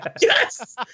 Yes